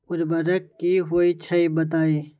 उर्वरक की होई छई बताई?